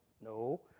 No